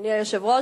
אדוני היושב-ראש,